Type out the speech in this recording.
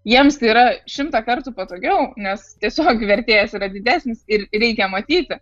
jiems tai yra šimtą kartų patogiau nes tiesiog vertėjas yra didesnis ir reikia matyti